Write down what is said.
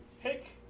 Pick